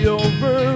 over